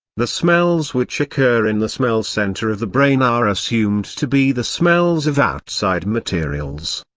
the smells which occur in the smell center of the brain are assumed to be the smells of outside materials.